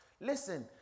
Listen